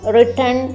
Written